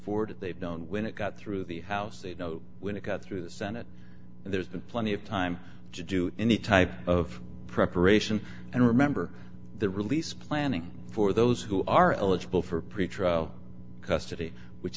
forward they've known when it got through the house they know when it got through the senate and there's been plenty of time to do any type of preparation and remember the release planning for those who are eligible for pretrial custody which